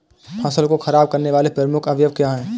फसल को खराब करने वाले प्रमुख अवयव क्या है?